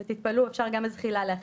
ותתפלאו, אפשר גם בזחילה להחליק.